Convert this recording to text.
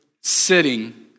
sitting